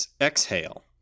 exhale